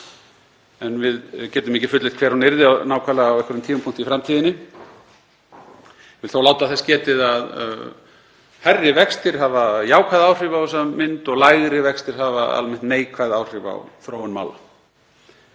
en við getum ekki fullyrt hver hún yrði nákvæmlega á einhverjum tímapunkti í framtíðinni. Ég vil þó láta þess getið að hærri vextir hafa jákvæð áhrif á þessa mynd og lægri vextir hafa almennt neikvæð áhrif á þróun mála.